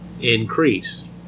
increase